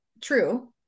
true